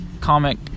comic